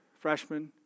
freshman